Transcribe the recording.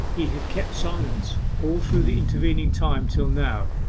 he has kept silence all through the intervening time till now,